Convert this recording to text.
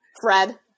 Fred